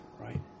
Right